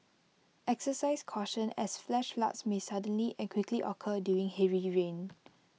exercise caution as flash floods may suddenly and quickly occur during heavy rain